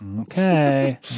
okay